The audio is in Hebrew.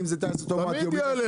אם זה טייס אוטומטי או --- תמיד יעלה,